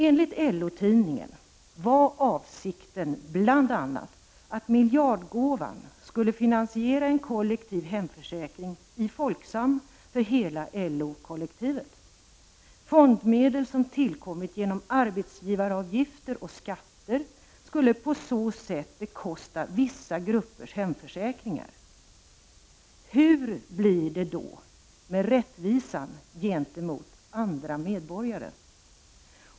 Enligt LO-tidningen var avsikten bl.a. att miljardgåvan skulle finansiera en kollektiv hemförsäkring i Folksam för hela LO-kollektivet. Fondmedel som tillkommit genom arbetsgivaravgifter och skatter skulle på så sätt bekosta vissa gruppers hemförsäkringar. Hur blir det då med rättvisan gentemot andra medborgare?